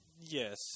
Yes